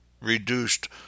reduced